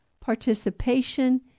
participation